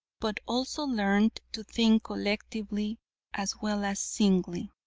but also learned to think collectively as well as singly.